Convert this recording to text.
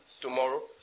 tomorrow